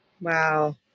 wow